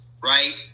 right